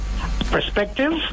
Perspective